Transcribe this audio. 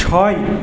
ছয়